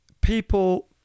people